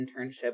internship